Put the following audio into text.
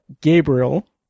Gabriel